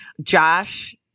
Josh